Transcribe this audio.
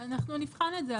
אנחנו נבחן את זה,